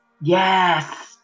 Yes